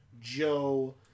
Joe